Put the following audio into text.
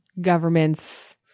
government's